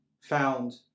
found